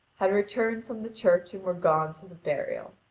had returned from the church and were gone to the burial.